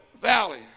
valley